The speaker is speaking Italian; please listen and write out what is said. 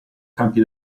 campi